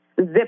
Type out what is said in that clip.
zip